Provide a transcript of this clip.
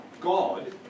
God